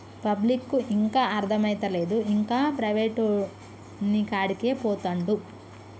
పబ్లిక్కు ఇంకా అర్థమైతలేదు, ఇంకా ప్రైవేటోనికాడికే పోతండు